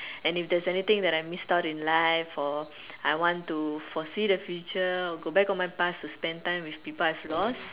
and if there's anything that I missed out in life or I want to foresee the future go back on my past to spend time with people I have lost